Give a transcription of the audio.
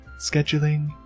scheduling